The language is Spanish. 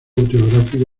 autobiográfico